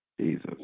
Jesus